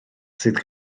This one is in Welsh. sydd